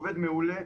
עובד מעולה,